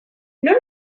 nola